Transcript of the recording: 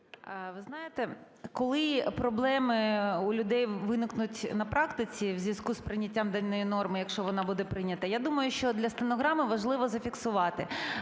Ви знаєте, коли проблеми у людей виникнуть на практиці у зв'язку з прийняттям даної норми, якщо вона буде прийнята, я думаю, що для стенограми важливо зафіксувати,